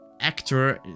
actor